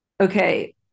Okay